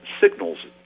signals